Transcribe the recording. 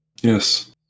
Yes